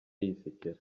yisekera